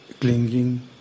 clinging